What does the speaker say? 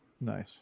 Nice